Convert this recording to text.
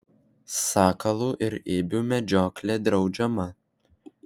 sakalų ir ibių medžioklė draudžiama